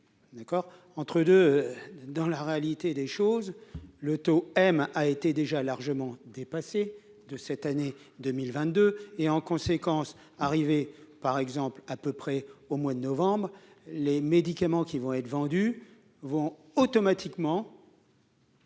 entre deux dans la réalité des choses le taux, elle a été déjà largement dépassé de cette année 2022, et en conséquence, arrivé par exemple à peu près au mois de novembre, les médicaments qui vont être vendus vont automatiquement.